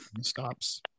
stops